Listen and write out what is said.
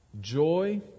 Joy